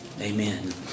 Amen